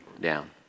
down